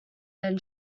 than